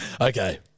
Okay